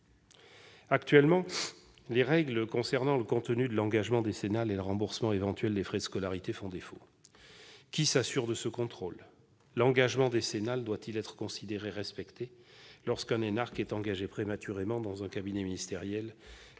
Actuellement, les règles concernant le contenu de l'engagement décennal et le remboursement éventuel des frais de scolarité font défaut. Qui en assure le contrôle ? L'engagement décennal doit-il être considéré comme ayant été respecté lorsqu'un énarque est engagé prématurément dans un cabinet ministériel,